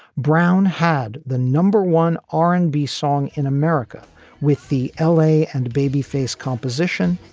brown had the number one r and b song in america with the l a and babyface composition.